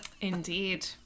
Indeed